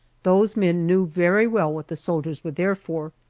those men knew very well what the soldiers were there for,